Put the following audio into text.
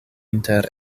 inter